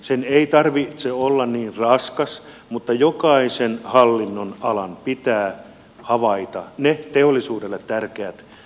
sen ei tarvitse olla niin raskas mutta jokaisen hallinnonalan pitää havaita ne teollisuudelle tärkeät asiat